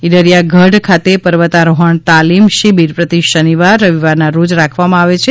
ઇડરિયા ગઢ ખાતે પર્વતારોહણ તાલીમ શિબીર પ્રતિ શનિવાર રવિવારના રોજ રાખવામા આવે છે